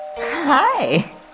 Hi